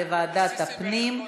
לוועדת הפנים.